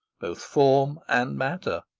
both form and matter.